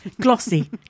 glossy